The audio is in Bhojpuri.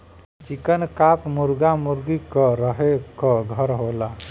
चिकन कॉप मुरगा मुरगी क रहे क घर होला